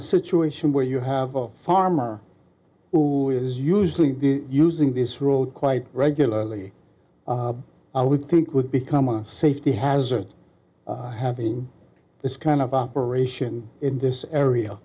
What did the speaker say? a situation where you have a farmer who is using the using this road quite regularly i would think would become a safety hazard having this kind of operation in this area